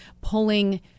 pulling